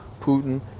Putin